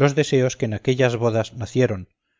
los deseos que en aquellas bodas nacieron